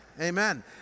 Amen